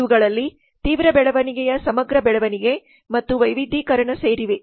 ಇವುಗಳಲ್ಲಿ ತೀವ್ರ ಬೆಳವಣಿಗೆಯ ಸಮಗ್ರ ಬೆಳವಣಿಗೆ ಮತ್ತು ವೈವಿಧ್ಯೀಕರಣ ಸೇರಿವೆ